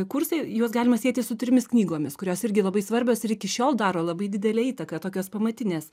kursai juos galima sieti su trimis knygomis kurios irgi labai svarbios ir iki šiol daro labai didelę įtaką tokios pamatinės